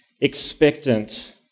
expectant